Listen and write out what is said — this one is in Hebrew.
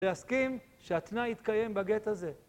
להסכים שהתנאי יתקיים בגט הזה.